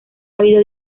habido